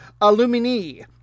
Alumini